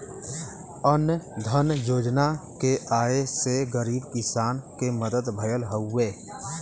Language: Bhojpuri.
अन्न धन योजना के आये से गरीब किसान के मदद भयल हउवे